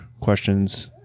questions